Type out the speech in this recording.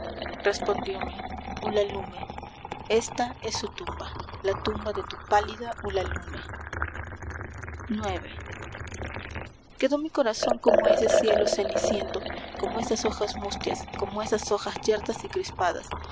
respondiome ulalume esta es su tumba la tumba de tu pálida ulalume ix quedó mi corazón como ese cielo ceniciento como esas hojas mustias como esas hojas yertas y crispadas